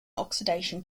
oxidation